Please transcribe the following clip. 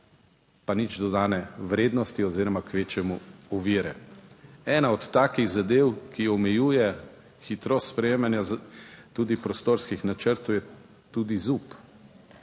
pa nič dodane vrednosti oziroma kvečjemu ovire. Ena od takih zadev, ki omejuje hitrost sprejemanja tudi prostorskih načrtov je tudi ZUP.